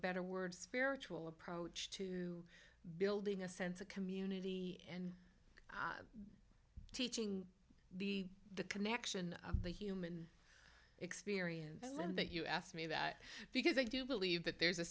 better word spiritual approach to building a sense of community and teaching the connection of the human experience and that you asked me that because i do believe that there's a